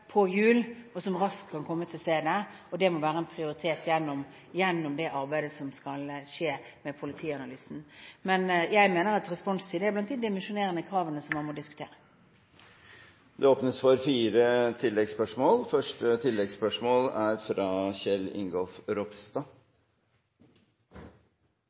på hjul, og som raskt kan komme til stedet, og det må være en prioritet gjennom det arbeidet som skal skje med politianalysen. Jeg mener at responstid er blant de dimensjonerende kravene som man må diskutere. Det åpnes for fire oppfølgingsspørsmål – først Kjell Ingolf Ropstad.